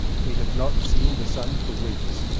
we have not seen the sun for weeks.